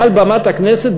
מעל במת הכנסת,